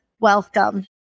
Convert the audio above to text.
welcome